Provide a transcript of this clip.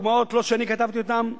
דוגמאות שלא אני כתבתי אותן,